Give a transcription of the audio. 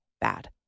bad